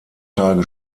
tage